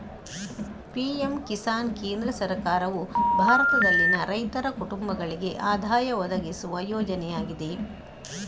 PM Kisan ಕೇಂದ್ರ ಸರ್ಕಾರವು ಭಾರತದಲ್ಲಿನ ರೈತರ ಕುಟುಂಬಗಳಿಗೆ ಆದಾಯ ಒದಗಿಸುವ ಯೋಜನೆಯಾಗಿದೆ